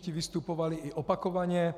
Ti vystupovali i opakovaně.